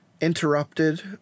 interrupted